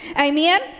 Amen